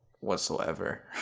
whatsoever